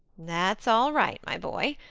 that's all right, my boy.